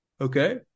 Okay